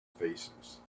faces